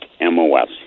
MOS